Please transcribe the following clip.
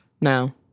No